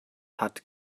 hat